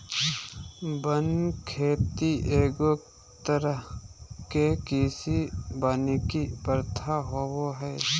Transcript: वन खेती एगो तरह के कृषि वानिकी प्रथा होबो हइ